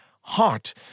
heart